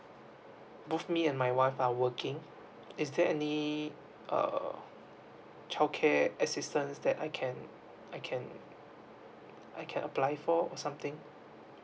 both me and my wife are working is there any uh child care assistance that I can I can I can apply for or something